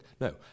No